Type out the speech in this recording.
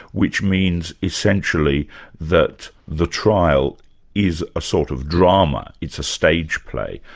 which means essentially that the trial is a sort of drama it's a stage play.